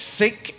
sick